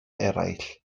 eraill